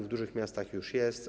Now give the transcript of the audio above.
W dużych miastach już jest.